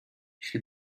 jeśli